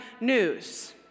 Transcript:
news